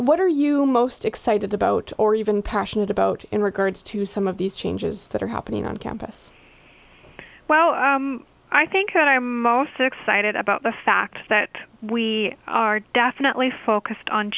what are you most excited about or even passionate about in regards to some of these changes that are happening on campus well i think that i'm most excited about the fact that we are definitely focused on